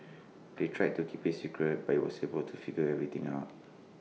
they tried to keep IT A secret but he was able to figure everything out